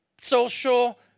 social